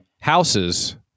houses